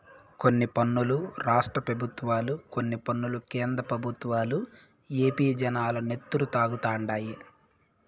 కొన్ని పన్నులు రాష్ట్ర పెబుత్వాలు, కొన్ని పన్నులు కేంద్ర పెబుత్వాలు ఏపీ జనాల నెత్తురు తాగుతండాయి